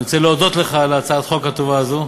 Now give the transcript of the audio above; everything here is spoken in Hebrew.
אני רוצה להודות לך על הצעת החוק הטובה הזאת,